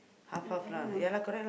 no I don't know